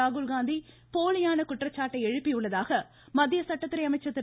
ராகுல்காந்தி போலியான குற்றச்சாட்டை எழுப்பியுள்ளதாக மத்திய சட்டத்துறை அமைச்சர் திரு